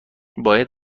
باید